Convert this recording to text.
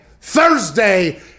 Thursday